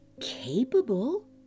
capable